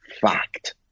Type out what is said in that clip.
Fact